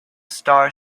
star